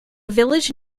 village